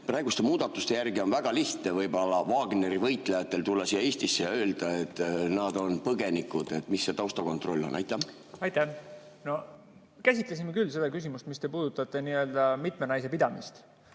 Praeguste muudatuste järgi on väga lihtne Wagneri võitlejatel tulla Eestisse ja öelda, et nad on põgenikud. Milline see taustakontroll on? Aitäh! Me käsitlesime küll seda küsimust, mida te puudutate, nii-öelda mitmenaisepidamist.